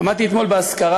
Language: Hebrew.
עמדתי אתמול באזכרה